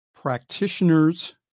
Practitioners